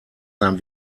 sein